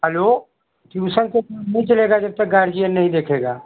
hello tuition से काम नहीं चलेगा जब तक गार्जियन नहीं देखेगा